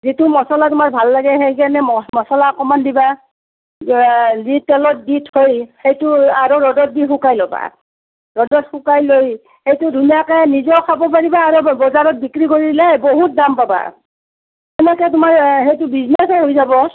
যিটো মছলা তোমাৰ ভাল লাগে সেইকেনে ম মছলা অকণমান দিবা দি তেলত দি থৈ সেইটো আৰু ৰ'দত দি শুকাই ল'বা ৰ'দত শুকাই লৈ সেইটো ধুনীয়াকৈ নিজেও খাব পাৰিবা আৰু বজাৰত বিক্ৰী কৰিলে বহুত দাম পাবা সেনেকৈ তোমাৰ এ সেইটো বিজনেছে হৈ যাব